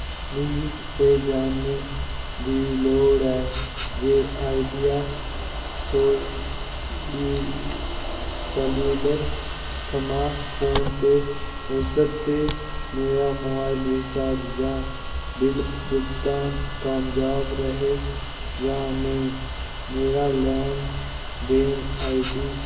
मिगी एह् जानने दी लोड़ ऐ जे आईडिया सोल सैल्युलर थमां फोनपे ओस्ते मेरा मोबाइल रिचार्ज जां बिल भुगतान कामयाब रेहा जां नेईं मेरा लैन देन आई डी